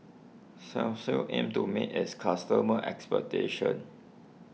Selsun aims to meet its customers'expectations